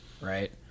right